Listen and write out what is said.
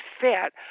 fat